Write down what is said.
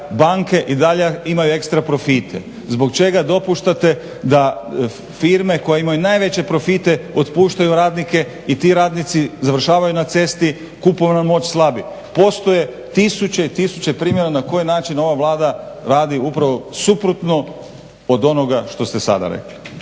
banke i dalje imaju ekstra profite? Zbog čega dopuštate da firme koje imaju najveće profite otpuštaju radnike i ti radnici završavaju na cesti, kupovna moć slabi? Postoje tisuće i tisuće primjera na koji način ova Vlada radi upravo suprotno od onoga što ste sada rekli.